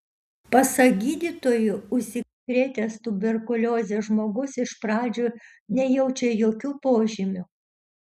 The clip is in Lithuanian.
pasak gydytojų užsikrėtęs tuberkulioze žmogus iš pradžių nejaučia jokių požymių